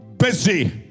Busy